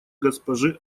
госпожи